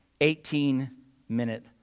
18-minute